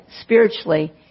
spiritually